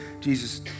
Jesus